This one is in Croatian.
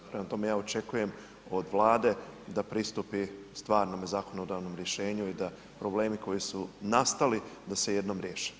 Prema tome, ja očekujem od Vlade da pristupi stvarnome zakonodavnom rješenju i da problemi koji su nastali da se jednom riješe.